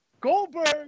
Goldberg